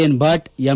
N Bhat M